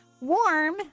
warm